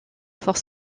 fort